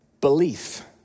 Belief